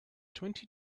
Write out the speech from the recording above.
twenty